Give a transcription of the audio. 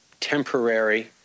temporary